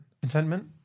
Contentment